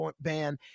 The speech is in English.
ban